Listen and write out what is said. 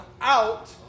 out